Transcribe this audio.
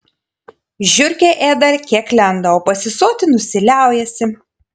žiurkė ėda kiek lenda o pasisotinusi liaujasi